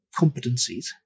competencies